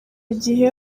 gihe